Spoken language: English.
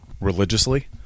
religiously